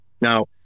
Now